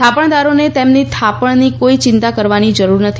થાપણદારોને તેમની થાપણની કોઇ ચિંતા કરવાની કોઇ જરૂર નથી